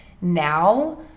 Now